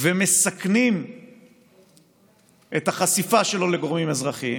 ומסכנים את החשיפה שלו לגורמים אזרחיים.